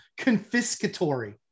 confiscatory